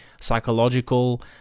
psychological